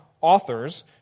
authors